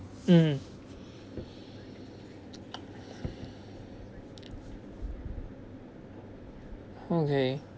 mm okay